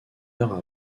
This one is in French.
heure